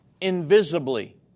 invisibly